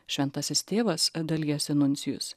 šventasis tėvas dalijasi nuncijus